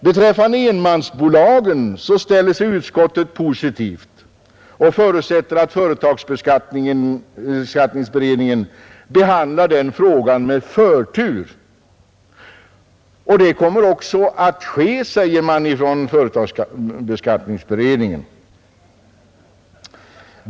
Beträffande motionen om enmansbolagen ställer sig utskottet positivt och förutsätter att företagsskatteberedningen behandlar frågan om beskattningen av dessa bolag med förtur. Det kommer också att ske, säger man från företagsskatteberedningen.